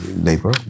labor